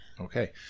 okay